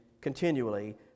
continually